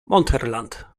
montherlant